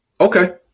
Okay